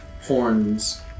horns